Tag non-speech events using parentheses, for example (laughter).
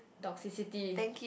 toxicity (breath)